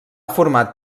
format